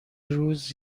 روز